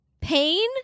pain